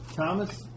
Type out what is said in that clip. Thomas